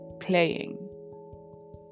playing